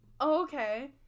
okay